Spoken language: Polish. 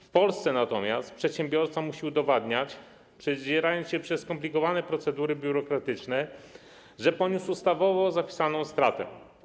W Polsce przedsiębiorca musi udowadniać, przedzierając się przez skomplikowane procedury biurokratyczne, że poniósł ustawowo zapisaną stratę.